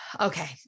Okay